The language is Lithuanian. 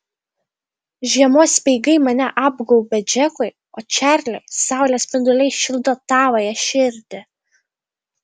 žiemos speigai mane apgaubia džekui o čarliui saulės spinduliai šildo tavąją širdį